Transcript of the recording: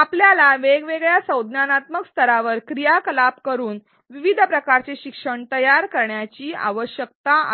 आपल्याला वेगवेगळ्या संज्ञानात्मक स्तरावर क्रियाकलाप करून विविध प्रकारचे शिक्षण तयार करण्याची आवश्यकता आहे